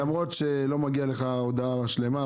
למרות שלא מגיעה לך הודיה שלמה,